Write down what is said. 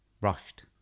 Rushed